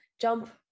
jump